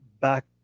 back